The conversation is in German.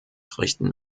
richten